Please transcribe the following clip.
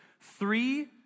Three